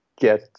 get